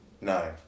Nine